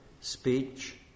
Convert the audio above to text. speech